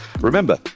remember